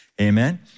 Amen